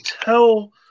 tell